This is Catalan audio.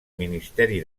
ministeri